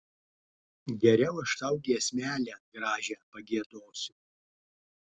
geriau aš tau giesmelę gražią pagiedosiu